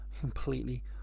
completely